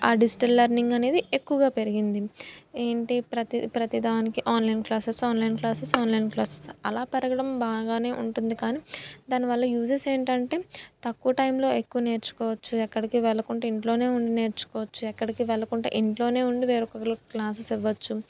ఆ digital learning అనేది ఎక్కువగా పెరిగింది ఏంటి ప్రతి ప్రతి దానికి online classes online classes online classes అలా పెరగడం బాగా ఉంటుంది కానీ దాని వల్ల యూజెస్ ఏంటంటే తక్కువ టైంలో ఎక్కువ నేర్చుకోవచ్చు ఎక్కడికి వెళ్ళకుండా ఇంట్లోనే ఉండి నేర్చుకోవచ్చు ఎక్కడికి వెళ్ళకుండా ఇంట్లోనే ఉండి వేరే వాళ్ళకి క్లాసెస్ ఇవ్వచ్చు